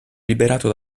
liberato